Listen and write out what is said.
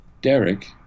Derek